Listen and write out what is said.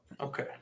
Okay